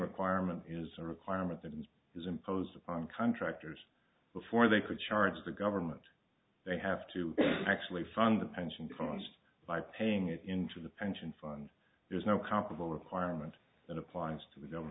requirement is a requirement that it is imposed upon contractors before they could charge the government they have to actually fund the pension funds by paying it into the pension fund there's no comparable requirement that applies to